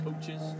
coaches